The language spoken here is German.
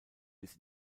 bis